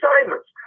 assignments